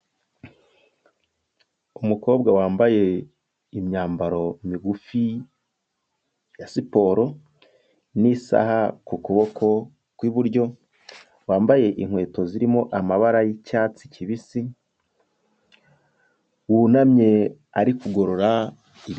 Umukobwa wambaye imyambaro migufi ya siporo n'isaha ku kuboko kw'iburyo, wambaye inkweto zirimo amabara y'icyatsi kibisi, wunamye ari kugorora....